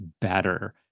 better